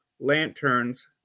Lanterns